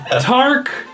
Tark